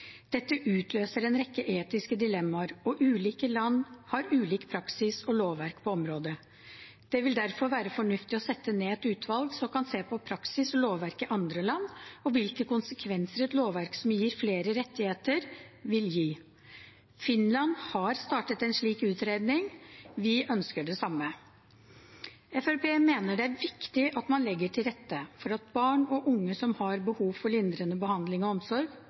utløser en rekke etiske dilemmaer, og ulike land har ulik praksis og lovverk på området. Det vil derfor være fornuftig å sette ned et utvalg som kan se på praksis og lovverk i andre land, og hvilke konsekvenser et lovverk som gir flere rettigheter, vil gi. Finland har startet en slik utredning – vi ønsker det samme. Fremskrittspartiet mener det er viktig at man legger til rette for at barn og unge som har behov for lindrende behandling og omsorg,